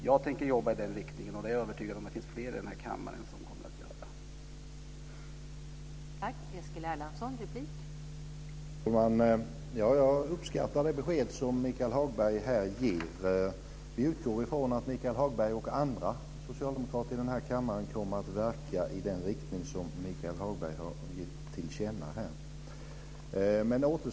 Jag tänker jobba i den riktningen, och jag är övertygad om att det finns fler i den här kammaren som kommer att göra det.